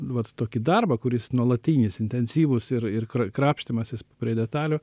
vat tokį darbą kuris nuolatinis intensyvus ir ir kra krapštymasis prie detalių